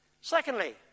Secondly